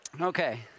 Okay